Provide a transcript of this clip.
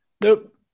Nope